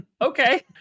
Okay